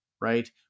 right